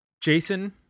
jason